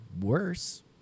worse